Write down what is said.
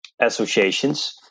associations